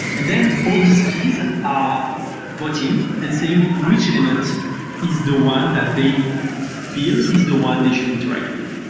and then all these keys are fourteen and seeing which element is the one that they feel is the one they should interact with.